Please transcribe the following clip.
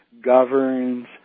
governs